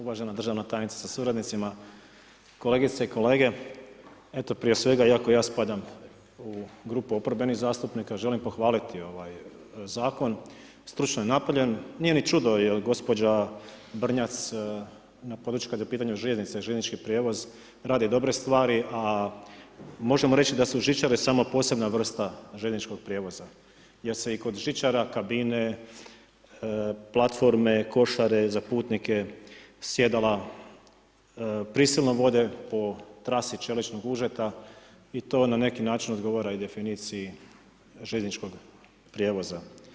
Uvažene tajnice sa suradnicima, kolegice i kolege, eto prije svega iako ja spadam u grupu oporbenih zastupnika, želim pohvaliti ovaj zakon, stručno je napravljen, nije ni čudo jer gospođa Brnjac, na području kada je u pitanju željeznica i željeznički prijevoz radi dobre stvari a možemo reći da su žičare samo posebne vrsta željezničkog prijevoza, jer se i kod žičara kabine, platforme, košare za putnike sjedala, prisilno vode po trasi čeličnog užeta i to na neki način odgovara definiciji željezničkog prijevoza.